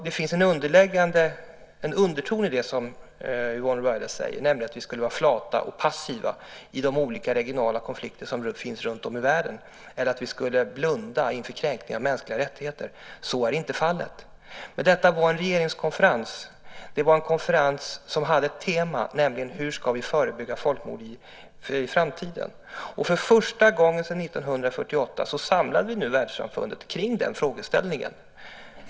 Det finns en underton i det som Yvonne Ruwaida säger, nämligen att vi skulle vara flata och passiva i de olika regionala konflikter som finns runtom i världen eller att vi skulle blunda inför kränkningar av mänskliga rättigheter. Så är inte fallet. Detta var en regeringskonferens med ett tema, nämligen hur vi ska förebygga folkmord i framtiden. För första gången sedan 1948 samlar vi nu världssamfundet kring den frågeställningen.